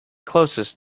closest